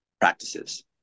practices